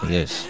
Yes